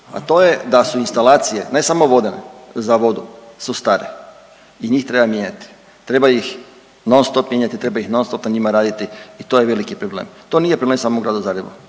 a to je da su instalacije ne samo voda, za vodu su stare i njih treba mijenjati. Treba ih non stop mijenjati, treba non stop na njima raditi i to je veliki problem. To nije problem samo grada Zagreba.